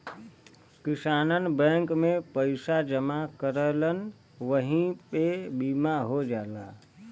किसानन बैंक में पइसा जमा करलन वही पे बीमा हो जाला